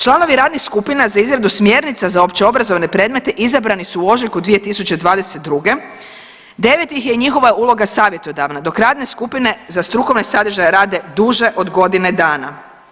Članovi radnih skupina za izradu smjernica za općeobrazovne predmete izabrani su u ožujku 2022. devet ih je i njihova je uloga savjetodavna dok radne skupine za strukovne sadržaje rade duže od godine danas.